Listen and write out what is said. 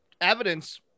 evidence